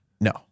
No